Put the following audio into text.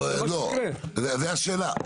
זו השאלה.